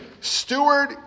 steward